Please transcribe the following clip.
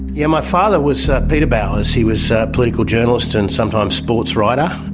yeah my father was peter bowers. he was a political journalist and sometimes sports writer.